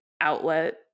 outlet